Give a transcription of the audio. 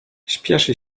spieszy